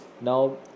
Now